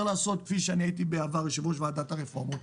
לעשות כפי שהייתי בעבר יושב-ראש ועדת הרפורמות,